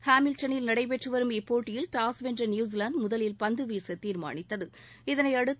ஹேமில்டனில் நடைபெற்றுவரும் இப்போட்டியில் டாஸ் வென்ற நியுஸிலாந்து முதலில் பந்து வீச தீர்மானித்தவ இதனையடுத்து